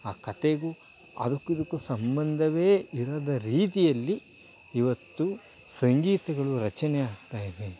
ಆ ಕಥೆಗೂ ಅದಕ್ಕು ಇದಕ್ಕು ಸಂಬಂಧವೇ ಇರದ ರೀತಿಯಲ್ಲಿ ಇವತ್ತು ಸಂಗೀತಗಳು ರಚನೆ ಆಗ್ತಾಯಿವೆ